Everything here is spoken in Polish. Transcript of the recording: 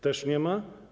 Też nie ma.